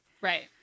Right